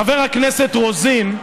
חברת הכנסת רוזין,